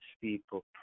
people